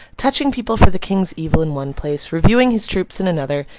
touching people for the king's evil in one place, reviewing his troops in another,